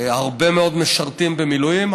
הרבה מאוד משרתים במילואים.